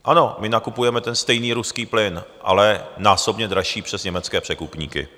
Ano, my nakupujeme ten stejný ruský plyn, ale násobně dražší přes německé překupníky.